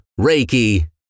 reiki